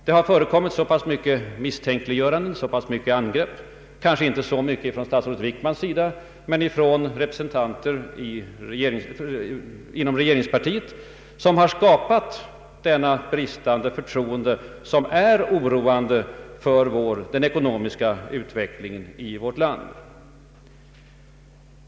Det har förekommit misstänkliggöranden och angrepp — kanske inte så mycket från statsrådet Wickmans sida, men från andra representanter för regeringspartiet — som skapat detta bristande förtroende. Det är oroande för den ekonomiska utvecklingen i vårt land.